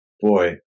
boy